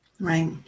Right